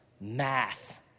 math